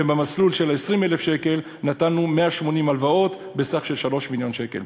ובמסלול של 20,000 שקל נתנו 180 הלוואות בסך של 3 מיליון שקל.